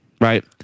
right